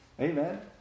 Amen